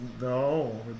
No